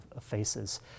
faces